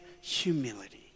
humility